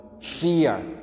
fear